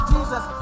Jesus